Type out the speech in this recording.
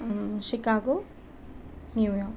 Chicago New York